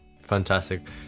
Fantastic